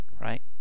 right